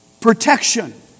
Protection